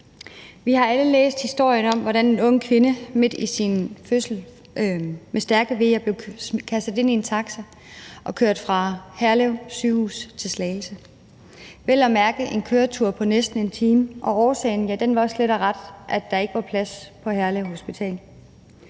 Vi har alle læst historien om, hvordan en ung kvinde midt i sin fødsel med stærke veer blevet kastet ind i en taxa og kørt fra Herlev Sygehus til Slagelse – det er vel at mærke er en køretur på næsten en time – og årsagen var slet og ret, at der ikke var plads på Herlev Hospital.